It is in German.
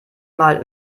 mal